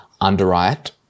underwrite